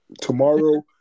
tomorrow